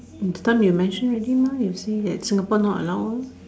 that time you mention already mah you say that Singapore don't allow lor